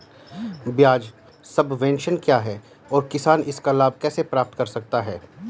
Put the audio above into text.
ब्याज सबवेंशन क्या है और किसान इसका लाभ कैसे प्राप्त कर सकता है?